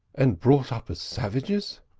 and brought up as savages?